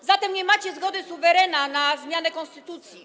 A zatem nie macie zgody suwerena na zmianę konstytucji.